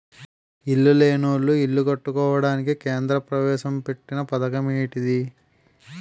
ఇల్లు లేనోళ్లు ఇల్లు కట్టుకోవడానికి కేంద్ర ప్రవేశపెట్టిన పధకమటిది